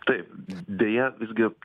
taip deja visgi